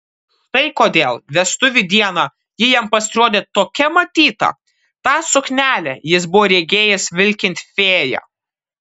štai kodėl vestuvių dieną ji jam pasirodė tokia matyta tą suknelę jis buvo regėjęs vilkint fėją